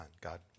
God